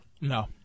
No